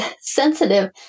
sensitive